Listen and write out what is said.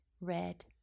Red